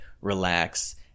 relax